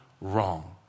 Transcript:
wrong